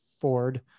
Ford